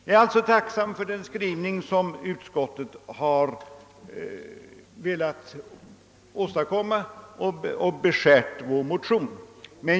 Jag är alltså tacksam för den skrivning som utskottet beskärt vår motion.